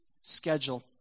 schedule